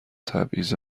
تبعیض